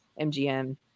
MGM